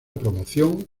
promoción